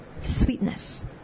Sweetness